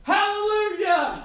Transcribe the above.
Hallelujah